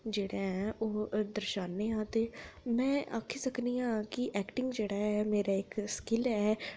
जेह्ड़ा ऐ ते ओह् दर्शाने आं ते में आक्खी सकनी आं कि ऐक्टिंग जेह्ड़ा ऐ मेरा इक स्किल्ल ऐ